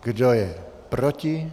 Kdo je proti?